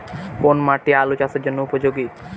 কোন মাটি আলু চাষের জন্যে উপযোগী?